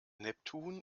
neptun